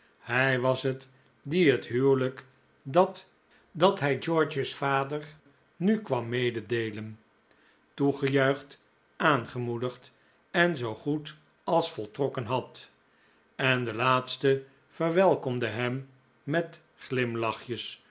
hij was het die het huwelijk dat hij george's vader nu kwam meedeelen toegejuicht aangemoedigd en zoo goed als voltrokken had en de laatste verwelkomde hem met glimlachjes